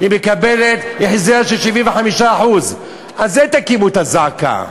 היא מקבלת החזר של 75%. על זה תקימו את הזעקה.